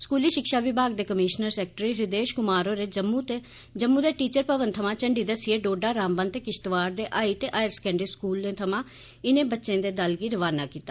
स्कूली षिक्षा विभाग दे कमीष्नर सैकटरी हृदेष कुमार होरें जम्मू दे टीचर भवन थमां झंडी दस्सियै डोडा रामबन ते किष्तवाड़ दे हाई ते हायर सकैंडरी स्कूलें दे इनें विद्यार्थियें दे दल गी रवाना कीता